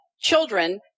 children